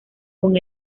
con